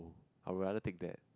!wow! I would rather take that